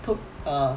took err